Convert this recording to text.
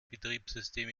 betriebssystem